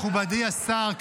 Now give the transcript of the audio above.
מכובדי השר,